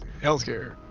healthcare